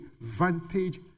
vantage